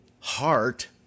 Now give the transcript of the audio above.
heart